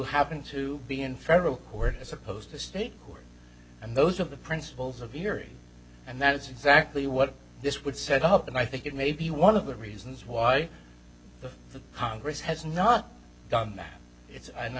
happen to be in federal court as opposed to state and those are the principles of erie and that's exactly what this would set up and i think it may be one of the reasons why the congress has not done its and i